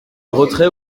retrait